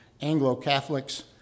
Anglo-Catholics